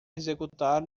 executar